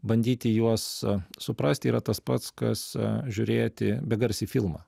bandyti juos suprasti yra tas pats kas žiūrėti begarsį filmą